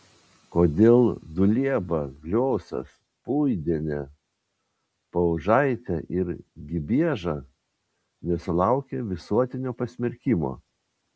kodėl dulieba gliosas puidienė paužaitė ir gibieža nesulaukė visuotinio pasmerkimo